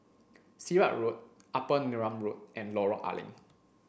Sirat Road Upper Neram Road and Lorong A Leng